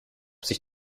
sich